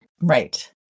right